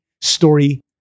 story